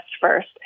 first